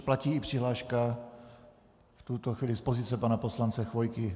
Platí i přihláška v tuto chvíli z pozice pana poslance Chvojky?